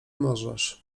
możesz